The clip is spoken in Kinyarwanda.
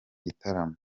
gitaramo